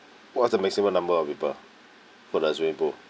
what's the maximum number of people for the swimming pool